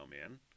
man